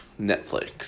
Netflix